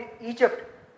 Egypt